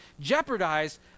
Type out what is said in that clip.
jeopardized